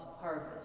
harvest